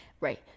Right